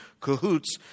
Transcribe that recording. cahoots